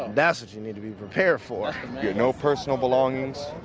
that's what you need to be prepared for no personal belongings.